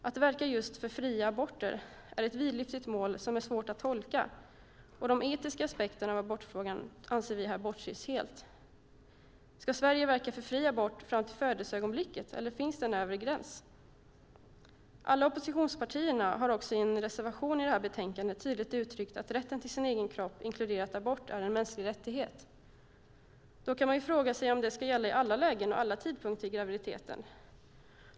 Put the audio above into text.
Att verka för just fria aborter är ett vidlyftigt mål som är svårt att tolka, och de etiska aspekterna av abortfrågan anser vi att man här bortser helt ifrån. Ska Sverige verka för fri abort fram till födelseögonblicket, eller finns det en övre gräns? Alla oppositionspartierna har i en reservation tydligt uttryckt att rätten till sin egen kropp, inkluderat abort, är en mänsklig rättighet. Då kan man ju fråga sig om detta ska gälla i alla lägen och vid alla tidpunkter i graviditeten.